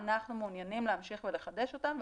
אנחנו מעוניינים להמשיך ולחדש אותם.